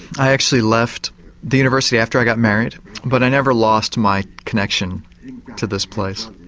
i actually left the university after i got married but i never lost my connection to this place.